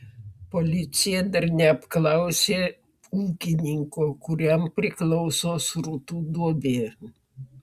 policija dar neapklausė ūkininko kuriam priklauso srutų duobė